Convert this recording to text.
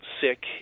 sick